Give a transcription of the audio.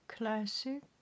Classic